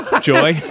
Joy